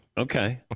Okay